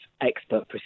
expert